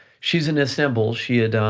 she's in istanbul, she and